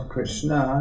Krishna